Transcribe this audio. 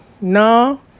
No